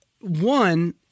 one